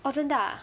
orh 真的 ah